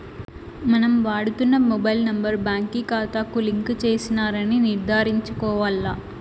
మనం వాడుతున్న mobile number బాంకీ కాతాకు లింక్ చేసినారని నిర్ధారించుకోవాల్ల